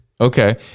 Okay